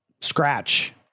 scratch